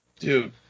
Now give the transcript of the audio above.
Dude